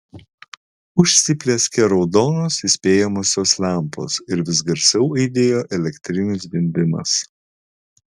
užsiplieskė raudonos įspėjamosios lempos ir vis garsiau aidėjo elektrinis zvimbimas